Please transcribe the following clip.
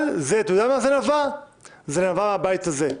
אבל זה נבע מהבית הזה,